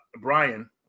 Brian